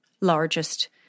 largest